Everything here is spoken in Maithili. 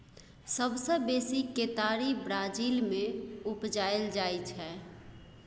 सबसँ बेसी केतारी ब्राजील मे उपजाएल जाइ छै